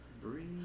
breathe